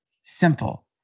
Simple